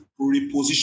reposition